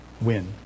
win